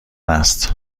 است